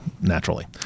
naturally